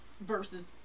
versus